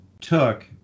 took